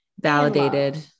Validated